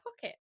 pocket